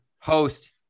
host